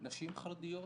נשים חרדיות,